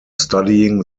studying